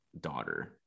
daughter